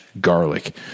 garlic